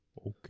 Okay